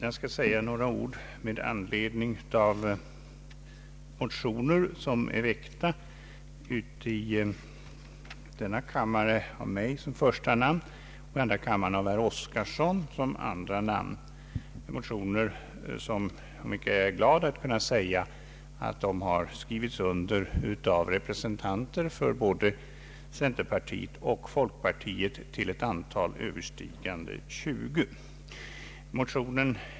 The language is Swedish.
Jag skall säga några ord med anledning av ett par motioner, väckta i denna kammare med mig som första namn och i andra kammaren av herr Oskarson m.fl., om vilka jag är glad att kunna säga att de har skrivits under av representanter för såväl centerpartiet som folkpartiet till ett antal för oss alla överstigande 20.